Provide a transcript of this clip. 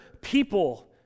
people